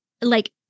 like-